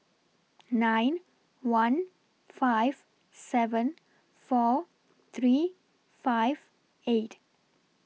nine one five seven four three five eight